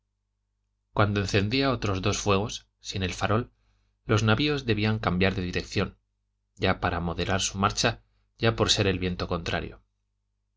cuando encendía otros dos fuegos sin el farol los navios debían cambiar de dirección ya para moderar su marcha ya por ser el viento contrario